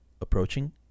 approaching